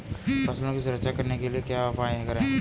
फसलों की सुरक्षा करने के लिए क्या उपाय करें?